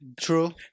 True